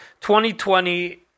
2020